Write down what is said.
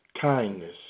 kindness